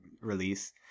release